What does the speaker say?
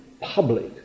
public